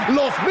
los